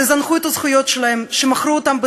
בעצם, כן, בחוק הגיור, שעבר לא מכבר.